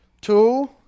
Two